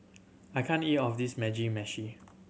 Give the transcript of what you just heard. I can't eat all of this Mugi Meshi